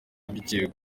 bikenewe